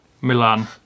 Milan